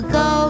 go